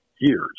Years